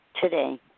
today